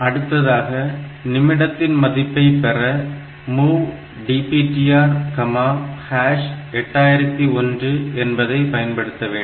அடுத்ததாக நிமிடத்தின் மதிப்பை பெற MOV DPTR8001 என்பதை பயன்படுத்த வேண்டும்